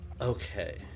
Okay